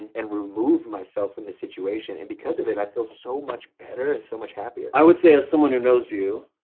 and removed myself from the situation, and because of it i feel so much better and so much happier. i would say as someone who knows you,